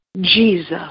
Jesus